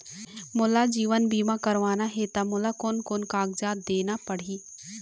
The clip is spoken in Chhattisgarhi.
मोला जीवन बीमा करवाना हे ता मोला कोन कोन कागजात देना पड़ही?